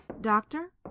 Doctor